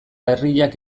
herriak